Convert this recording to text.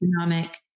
economic